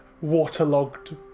waterlogged